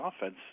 offense